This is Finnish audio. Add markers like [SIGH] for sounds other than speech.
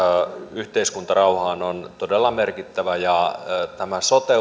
yhteiskuntarauhaan on todella merkittävä sote [UNINTELLIGIBLE]